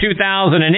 2008